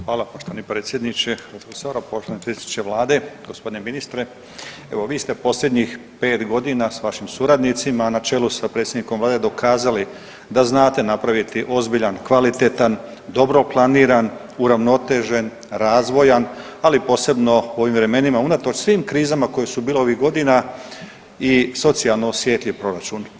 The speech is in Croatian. Hvala poštovani predsjedniče HS, poštovani predsjedniče Vlade, gospodine ministre, evo vi ste posljednjih 5 godina s vašim suradnicima na čelu s predsjednikom Vlade dokazali da znate napraviti ozbiljan, kvalitetan, dobro planiran, uravnotežen, razvojan ali posebno u ovim vremenima, unatoč svim krizama koje su bile ovih godina i socijalno osjetljiv proračun.